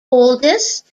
oldest